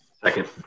Second